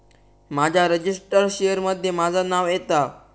माझ्या registered share मध्ये माझा नाव येता